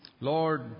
Lord